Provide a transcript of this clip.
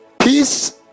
peace